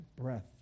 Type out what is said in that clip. breath